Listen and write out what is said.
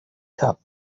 cup